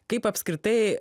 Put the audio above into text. kaip apskritai